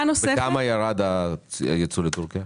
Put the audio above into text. בכמה ירד הייצוא לטורקיה?